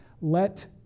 let